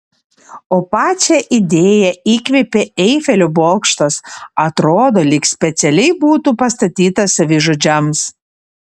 o pačią idėją įkvėpė eifelio bokštas atrodo lyg specialiai būtų pastatytas savižudžiams